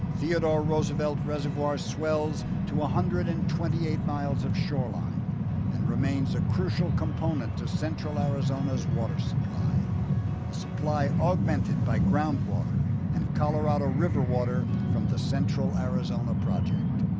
theodore roosevelt reservoir swells to one hundred and twenty eight miles of shoreline and remains a crucial component to central arizona's water supply. a supply augmented by ground water and colorado river water from the central arizona project.